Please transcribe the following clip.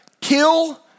kill